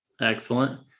Excellent